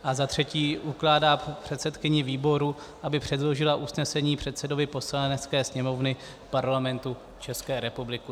III. ukládá předsedkyni výboru, aby předložila usnesení předsedovi Poslanecké sněmovny Parlamentu České republiky.